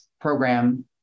program